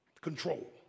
control